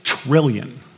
Trillion